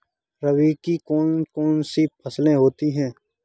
रबी की कौन कौन सी फसलें होती हैं?